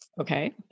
Okay